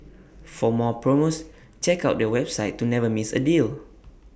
for more promos check out their website to never miss A deal